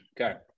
Okay